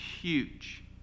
Huge